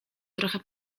trochę